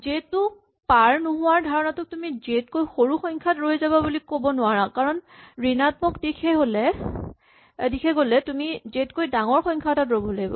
J টোক পাৰ নোহোৱাৰ ধাৰণাটোক তুমি জে তকৈ সৰু সংখ্যাত ৰৈ যাবা বুলি ক'ব নোৱাৰা কাৰণ ঋণাত্মক দিশে গ'লে তুমি জে তকৈ ডাঙৰ সংখ্যা এটাত ৰ'ব লাগিব